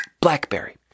Blackberry